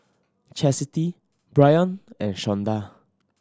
Chastity Brion and Shawnda